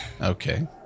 okay